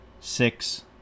six